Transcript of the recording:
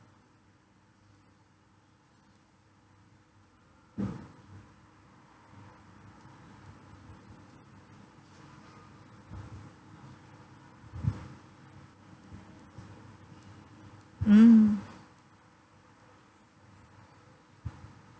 mm